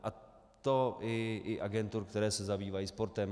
A to i agentur, které se zabývají sportem.